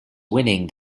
winning